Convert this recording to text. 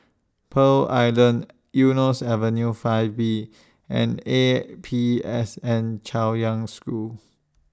Pearl Island Eunos Avenue five B and A P S N Chaoyang School